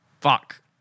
Fuck